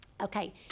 okay